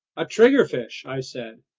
a triggerfish, i said.